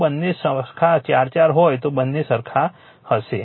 જો બંને સરખા 4 4 હોય તો બંને સરખા થશે